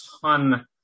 ton